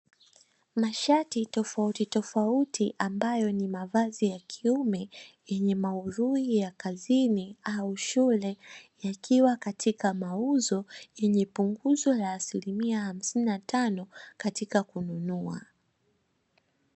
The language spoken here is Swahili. Mashati tofautitofauti ambayo ni mavazi ya kiume, yenye maudhui ya kazini au shule, yakiwa katika mauzo yenye punguzo la asilimia hamsini na tano katika kununua.